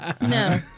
No